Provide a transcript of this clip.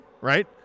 right